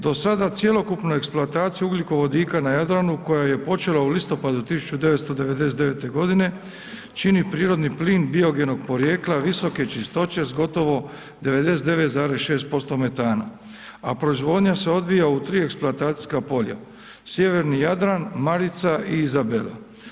Do sada cjelokupnu eksploataciju ugljikovodika na Jadranu koja je počela u listopadu 1999.g. čini prirodni plin biogenog porijekla visoke čistoće s gotovo 99,6% metana, a proizvodnja se odvija u 3 eksploatacijska polja, Sjeverni Jadran, Marica i Izabela.